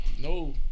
no